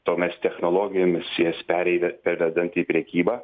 tomes technologijomis jas pereiga pervedant į prekybą